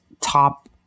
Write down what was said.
top